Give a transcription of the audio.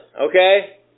okay